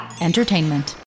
...entertainment